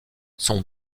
son